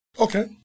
Okay